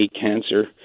cancer